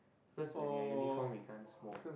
cause when you are uniform we can't smoke